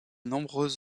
nombreux